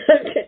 Okay